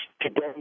Today